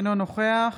אינו נוכח